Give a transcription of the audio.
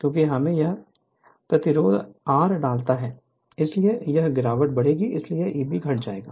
क्योंकि हमने वह प्रतिरोध आर R डाला है इसलिए यह गिरावट बढ़ेगी इसलिए Eb घट जाएगा